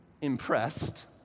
impressed